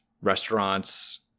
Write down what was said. restaurants